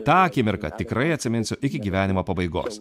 tą akimirką tikrai atsiminsiu iki gyvenimo pabaigos